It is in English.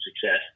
success